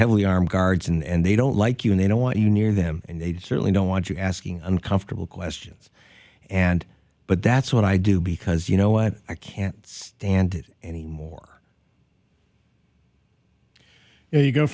heavily armed guards and they don't like you and they don't want you near them and they certainly don't want you asking uncomfortable questions and but that's what i do because you know what i can't stand it anymore y